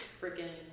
Freaking